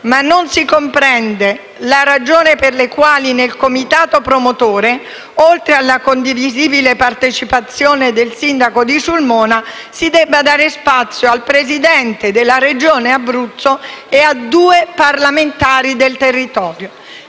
Non si comprende però la ragione per la quale nel comitato promotore, oltre alla condivisibile partecipazione del sindaco di Sulmona, si debba dare spazio al Presidente della Regione Abruzzo e a due parlamentari del territorio.